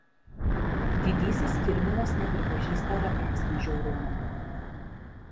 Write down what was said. didysis kirminas nepripažįsta beprasmio žiaurumo